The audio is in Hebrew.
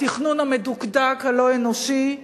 התכנון מדוקדק, לא אנושי.